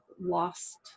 lost